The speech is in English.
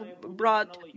brought